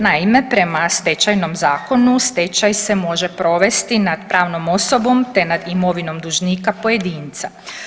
Naime, prema Stečajnom zakonu stečaj se može provesti nad pravnom osobom te nad imovinom dužnika pojedinca.